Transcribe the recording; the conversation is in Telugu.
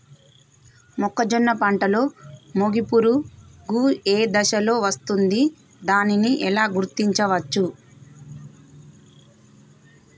మొక్కజొన్న పంటలో మొగి పురుగు ఏ దశలో వస్తుంది? దానిని ఎలా గుర్తించవచ్చు?